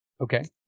Okay